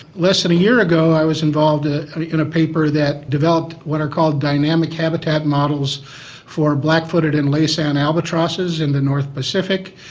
less than a year ago i was involved ah in a paper that developed what are called dynamic habitat models for black footed and laysan albatrosses in the north pacific,